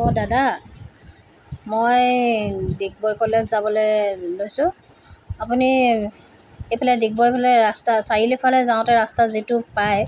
অ' দাদা মই ডিগবৈ কলেজ যাবলৈ লৈছোঁ আপুনি এইফালে ডিগবৈ ফালে ৰাস্তা চাৰিআলি ফালে যাওঁতে ৰাস্তা যিটো পায়